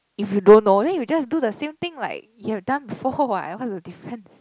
if you don't know then you'll just do the same thing like you have done before what what's the difference